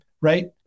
right